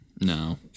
No